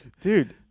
Dude